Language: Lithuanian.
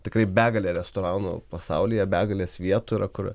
tikrai begalė restoranų pasaulyje begalės vietų yra kur